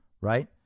right